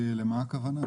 למה הכוונה?